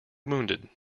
wounded